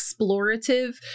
explorative